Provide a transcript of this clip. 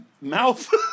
mouth